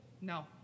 No